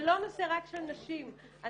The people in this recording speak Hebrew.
זה לא נושא רק של נשים -- יעל,